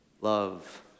love